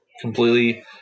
completely